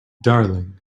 darling